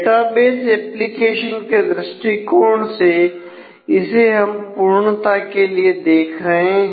database application के दृष्टिकोण से इसे हम पूर्णता के लिए देख रहे हैं